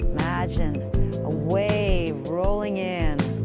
imagine a wave rolling in